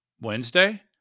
Wednesday